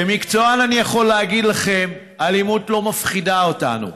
כמקצוען אני יכול להגיד לכם: אלימות לא מפחידה אותנו.